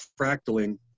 fractaling